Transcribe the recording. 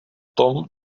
tom